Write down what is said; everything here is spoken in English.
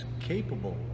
capable